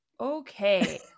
Okay